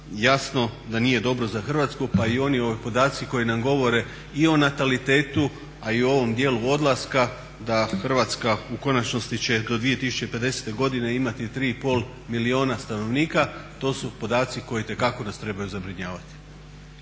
jasno da nije dobro za Hrvatsku pa i oni podaci koji nam govore i o natalitetu, a i ovom dijelu odlaska da Hrvatska u konačnosti će do 2050. godine imati 3,5 milijuna stanovnika. To su podaci koji itekako nas trebaju zabrinjavati.